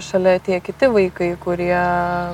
šalia tie kiti vaikai kurie